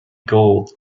gold